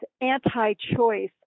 anti-choice